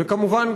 וכמובן,